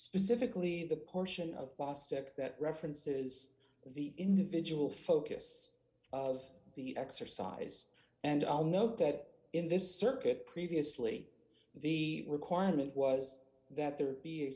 specifically the portion of last check that references the individual focus of the exercise and i'll note that in this circuit previously the requirement was that there be